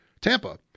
Tampa